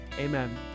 amen